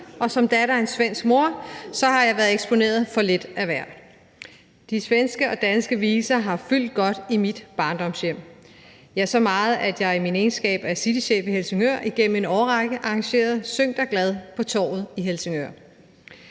og som datter af en svensk mor har jeg været eksponeret for lidt af hvert. De svenske og danske viser har fyldt godt i mit barndomshjem – ja, så meget, at jeg i min egenskab af citychef i Helsingør igennem en årrække arrangerede »Syng dig glad« på torvet i Helsingør.